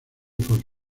por